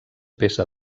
peça